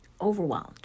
overwhelmed